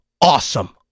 awesome